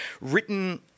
written